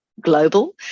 global